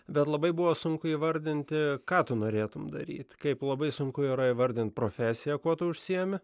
bet labai buvo sunku įvardinti ką tu norėtum daryt kaip labai sunku yra įvardint profesiją kuo tu užsiimi